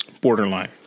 Borderline